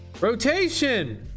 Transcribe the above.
Rotation